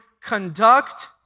conduct